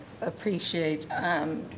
appreciate